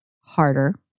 harder